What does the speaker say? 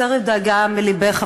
הסירי דאגה מלבך,